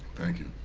thank you.